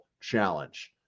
challenge